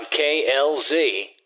KLZ